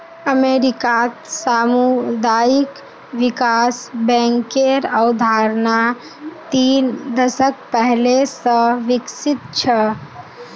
अमेरिकात सामुदायिक विकास बैंकेर अवधारणा तीन दशक पहले स विकसित छ